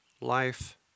life